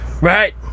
Right